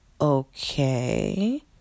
okay